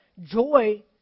joy